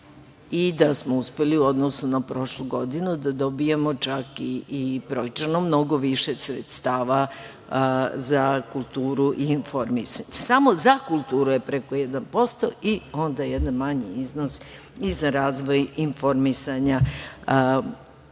od 1%. Uspeli smo u odnosu na prošlu godinu da dobijemo čak i brojčano mnogo više sredstava za kulturu i informisanje. Samo za kulturu je preko 1% i onda jedan manji iznos za razvoj informisanja u